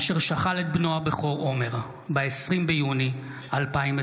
אשר שכל את בנו הבכור עומר ב-20 ביוני 2024